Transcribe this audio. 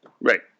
Right